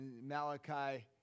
Malachi